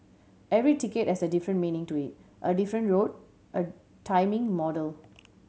every ticket has a different meaning to it a different route a timing model